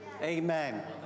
Amen